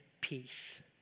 peace